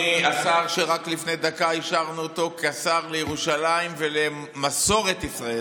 מהשר שרק לפני דקה אישרנו אותו כשר לירושלים ומסורת ישראל,